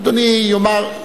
אדוני יאמר: